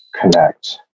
connect